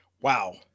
Wow